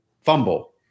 Fumble